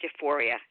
euphoria